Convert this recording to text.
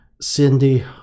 Cindy